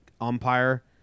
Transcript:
umpire